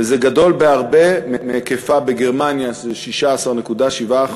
וזה גדול בהרבה מהיקפה בגרמניה, שזה 16.7%,